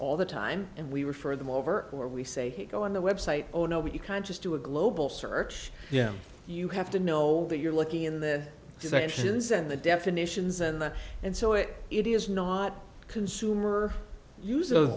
all the time and we refer them over or we say hey go on the web site oh no we can't just do a global search yeah you have to know that you're looking in the sciences and the definitions and the and so it it is not consumer use of